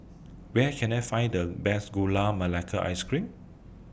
Where Can I Find The Best Gula Melaka Ice Cream